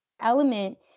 element